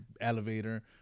elevator